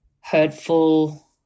hurtful